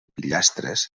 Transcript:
pilastres